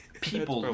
People